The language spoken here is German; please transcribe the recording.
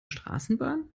straßenbahn